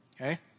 Okay